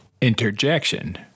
Interjection